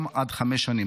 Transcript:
גם עד חמש שנים.